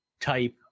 type